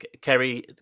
Kerry